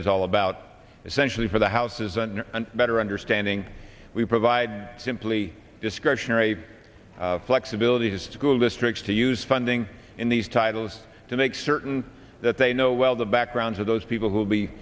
is all about essentially for the house is a new and better understanding we provide simply discretionary flexibility to school districts to use funding in these titles to make certain that they know well the backgrounds of those people who will be